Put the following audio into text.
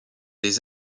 des